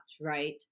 right